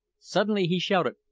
suddenly he shouted,